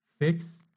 Fix